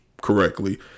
correctly